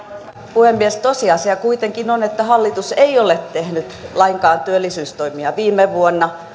puhemies tosiasia kuitenkin on että hallitus ei ole tehnyt lainkaan työllisyystoimia viime vuonna